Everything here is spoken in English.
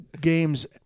games